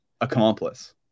accomplice